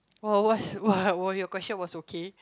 oh what's what your question was okay